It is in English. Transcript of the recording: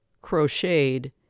crocheted